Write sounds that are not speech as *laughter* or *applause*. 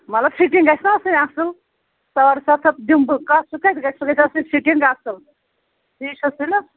مطلب فِٹنٛگ گژھِ نَہ آسٕنۍ اَصٕل ساڑ سَتھ ہَتھ دِمہٕ بہٕ کَتھ سُہ کَتہِ گژھِ سُہ گژھِ آسٕنۍ فِٹنٛگ اَصٕل ٹھیٖک چھُ حظ *unintelligible*